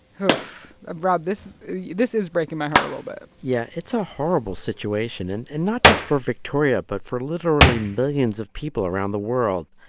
ah rob, this this is breaking my heart a little bit yeah. it's a horrible situation, and and not just for victoria, but for literally millions of people around the world.